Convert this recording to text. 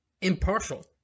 impartial